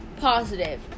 positive